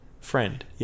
Friend